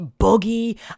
boogie